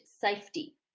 safety